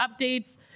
updates